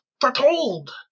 foretold